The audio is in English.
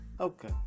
Okay